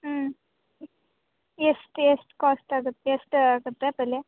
ಹ್ಞೂ ಎಷ್ಟು ಎಷ್ಟು ಕಾಸ್ಟ್ ಆಗತ್ತೆ ಎಷ್ಟು ಆಗತ್ತೆ ಬೆಲೆ